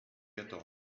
quatorze